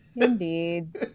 Indeed